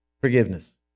Forgiveness